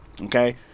Okay